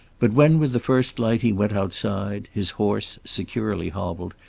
but when with the first light he went outside, his horse, securely hobbled,